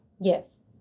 Yes